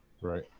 Right